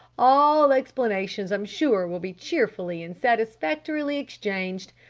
all explanations i'm sure will be cheerfully and satisfactorily exchanged.